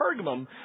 Pergamum